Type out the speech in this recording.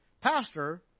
Pastor